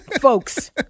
Folks